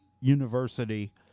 University